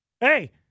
hey